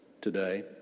today